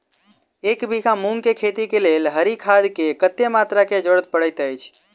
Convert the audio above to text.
एक बीघा मूंग केँ खेती केँ लेल हरी खाद केँ कत्ते मात्रा केँ जरूरत पड़तै अछि?